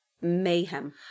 Mayhem